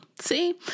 See